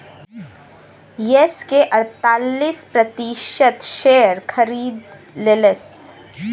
yes के अड़तालीस प्रतिशत शेअर खरीद लेलस